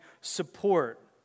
support